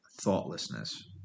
thoughtlessness